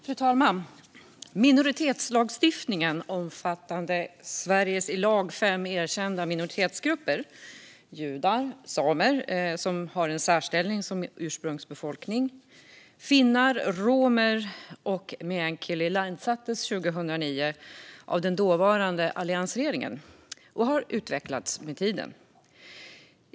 Fru talman! Minoritetslagstiftningen, som omfattar Sveriges i lag fem erkända minoritetsgrupper, judar, samer - som har en särställning som ursprungsbefolkning - finnar, romer och meänkielitalande, ilandsattes 2009 av den dåvarande alliansregeringen, och lagen har utvecklats med tiden.